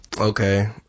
okay